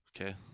okay